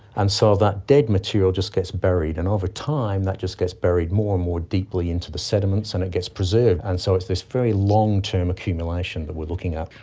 and so that dead material just gets buried. and over time that just gets buried more and more deeply into the sediments and it gets preserved, and so it's this very long-term accumulation that we are looking at.